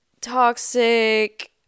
toxic